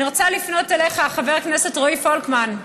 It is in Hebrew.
אני רוצה לפנות אליך, חבר הכנסת רועי פולקמן,